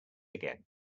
again